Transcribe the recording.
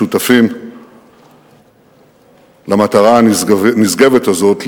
שותפים למטרה הנשגבת הזאת,